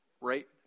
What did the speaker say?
right